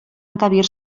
encabir